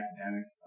academics